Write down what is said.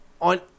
on